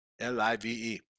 L-I-V-E